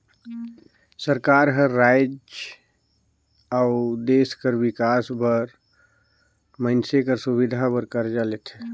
सरकार हर राएज अउ देस कर बिकास बर मइनसे कर सुबिधा बर करजा लेथे